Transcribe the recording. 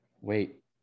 Wait